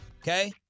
Okay